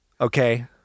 Okay